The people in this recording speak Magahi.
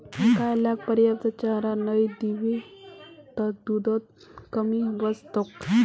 गाय लाक पर्याप्त चारा नइ दीबो त दूधत कमी वस तोक